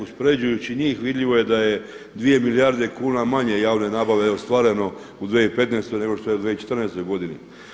Uspoređujući njih vidljivo je da je 2 milijarde kuna manje javne nabave ostvareno u 2015. nego što je u 2014. godini.